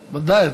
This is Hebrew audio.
ודאי.